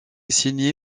signé